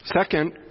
Second